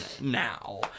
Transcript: now